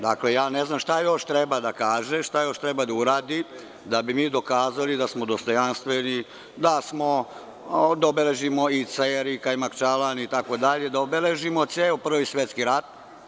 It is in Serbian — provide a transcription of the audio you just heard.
Dakle, ja ne znam šta još treba da kaže, da uradi, da bi mi dokazali da smo dostojanstveni, da obeležimo i Kajmakčalan, Cer, itd. i da obeležimo ceo Prvi svetski rat.